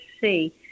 see